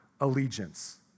allegiance